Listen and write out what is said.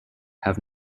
have